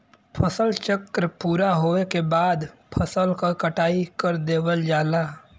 फसल चक्र पूरा होवे के बाद फसल क कटाई कर देवल जाला